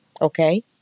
Okay